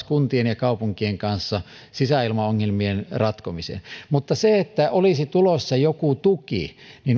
kuntien ja kaupunkien kanssa sisäilmaongelmien ratkomiseen mutta että olisi tulossa jokin tuki